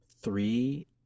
three